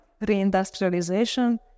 reindustrialization